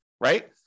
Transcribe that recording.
right